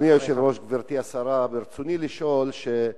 אדוני היושב-ראש, גברתי השרה, ברצוני לשאול: